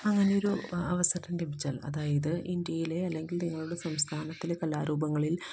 അങ്ങനെ ഒരു അവസരം ലഭിച്ചാല് അതായത് ഇന്ത്യയിലെ അല്ലെങ്കില് നിങ്ങളുടെ സംസ്ഥാനത്തിലെ കലാരൂപങ്ങളില്